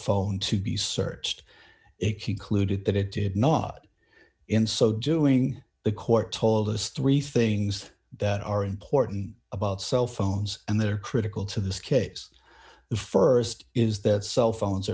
phone to be searched it concluded that it did not in so doing the court told us three things that are important about cell phones and they're critical to this case the st is that cell phones